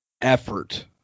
effort